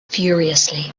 furiously